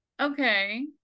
okay